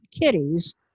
kitties